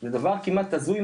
זה דבר כמעט הזוי,